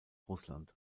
russland